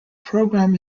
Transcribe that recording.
programme